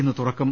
ഇന്ന് തുറക്കും